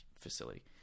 facility